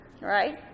Right